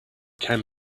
can